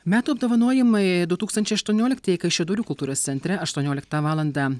metų apdovanojimai du tūkstančiai aštuonioliktieji kaišiadorių kultūros centre aštuonioliktą valandą